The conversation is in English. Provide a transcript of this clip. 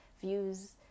views